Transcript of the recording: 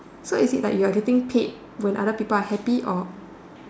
so is it like you are getting paid when other people are happy or